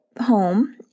home